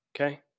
Okay